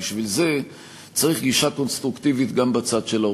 בשביל זה צריך גישה קונסטרוקטיבית גם בצד של האופוזיציה.